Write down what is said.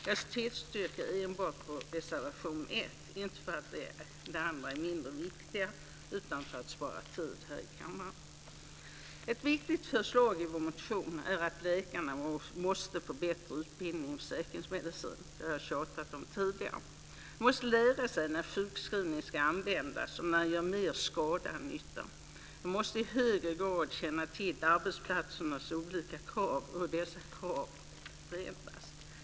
Jag tillstyrker enbart vår reservation 1. Det gör jag inte för att de andra är mindre viktiga utan för att spara tid här i kammaren. Ett viktigt förslag i vår motion är att ge läkarna bättre utbildning i försäkringsmedicin. Det har jag tjatat om tidigare. De måste lära sig när skjukskrivning ska användas och när den gör mer skada än nytta. De måste i högre grad känna till arbetsplatsernas olika krav och hur dessa krav förändras.